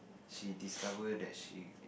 she discover that she